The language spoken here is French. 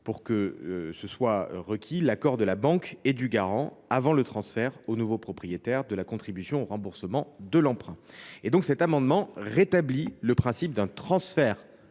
pour que soit requis l’accord de la banque et du garant avant le transfert au nouveau propriétaire de la charge de la contribution au remboursement de l’emprunt. L’amendement tend à rétablir le principe d’un transfert